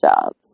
jobs